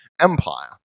Empire